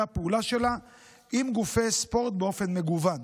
הפעולה שלה עם גופי ספורט באופן מגוון.